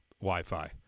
Wi-Fi